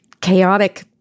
chaotic